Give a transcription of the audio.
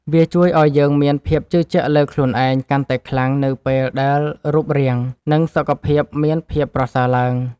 វាជួយឱ្យយើងមានភាពជឿជាក់លើខ្លួនឯងកាន់តែខ្លាំងនៅពេលដែលរូបរាង និងសុខភាពមានភាពប្រសើរឡើង។